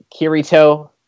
Kirito